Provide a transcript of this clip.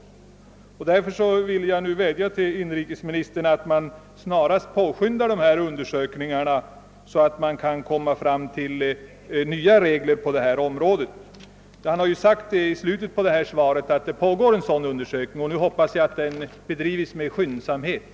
Herr talman! Jag vädjar till inrikesministern att se till att den undersökning som omnämns i slutet av svaret bedrivs med skyndsamhet.